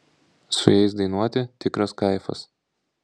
su jais dainuoti tikras kaifas